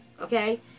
okay